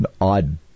Odd